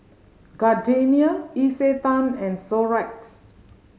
Gardenia Isetan and Xorex